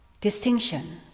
distinction